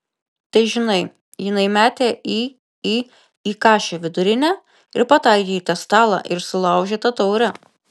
tai žinai jinai mėtė į į į kašę vidurinę ir pataikė į tą stalą ir sulaužė tą taurę